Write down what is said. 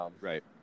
Right